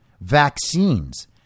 vaccines